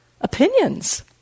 opinions